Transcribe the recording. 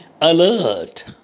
alert